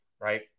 Right